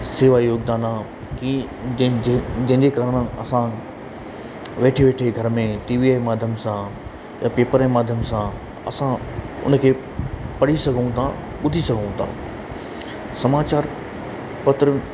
शेवा योगदानु आहे की जंहिंजे जंहिंजे काण असां वेठे वेठे ई घर में टी वीह ए माध्यम सां या पेपर जे माध्यम सां या उन खे पढ़ी सहूं था ॿुधी सघूं था समाचार पत्र